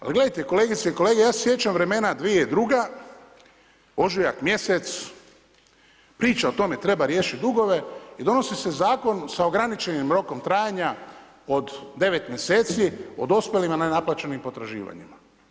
Ali gledajte kolegice i kolege, ja se sjećam vremena 2002. ožujak mjesec priča o tome treba riješiti dugove i donosi se zakon sa ograničenim rokom trajanja od devet mjeseci o dospjelim nenaplaćenim potraživanjima.